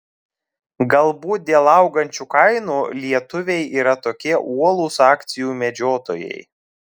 galbūt dėl augančių kainų lietuviai yra tokie uolūs akcijų medžiotojai